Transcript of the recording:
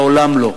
לעולם לא".